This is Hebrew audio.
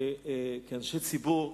כאנשי ציבור,